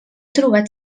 trobat